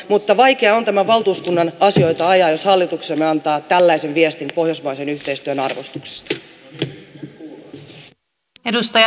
mutta vaikea on tämän valtuuskunnan asioita ajaa jos hallituksemme antaa tällaisen viestin pohjoismaisen yhteistyön arvostuksesta